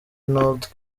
nord